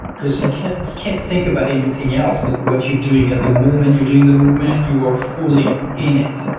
because you can't can't think about anything else but what you're doing at the moment you're doing the movement, you're fully in it.